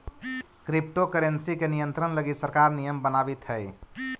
crypto currency के नियंत्रण लगी सरकार नियम बनावित हइ